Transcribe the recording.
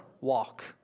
walk